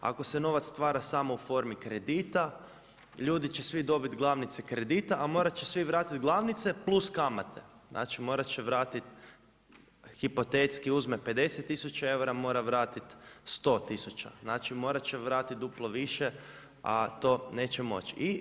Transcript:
Ako se novac stvara samo u formi kredita, ljudi će svi dobiti glavnice kredita a morat će svi vratiti glavnice plus kamate, znači morat će vratiti, hipotetski uzme 50 tisuća eura, mora vratiti 100 tisuća, znači morat će vratiti duplo više a to neće moći.